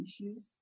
issues